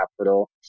capital